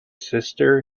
sister